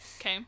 okay